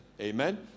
Amen